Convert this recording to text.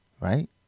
right